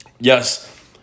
Yes